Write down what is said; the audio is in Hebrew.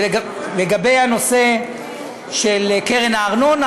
בנושא של קרן הארנונה,